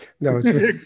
No